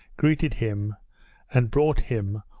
greeted him and brought him,